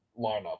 lineup